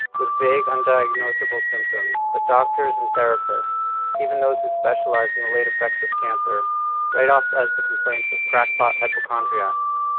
with vague un-diagnosable symptoms that doctors and therapists even those who specialize in the late effects of cancer write off as the complaints of crack-pot hypochondriacs.